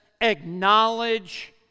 acknowledge